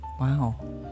Wow